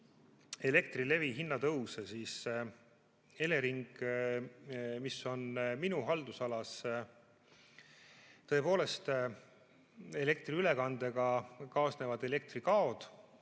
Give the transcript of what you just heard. Elektrilevi hinnatõuse, siis Elering on minu haldusalas ja elektriülekandega kaasnevad elektrikaod